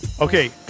Okay